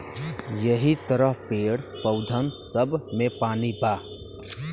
यहि तरह पेड़, पउधन सब मे पानी बा